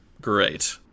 great